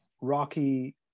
rocky